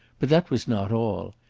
but that was not all.